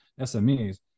SMEs